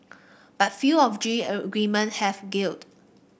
but few of G L agreement have gelled